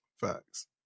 Facts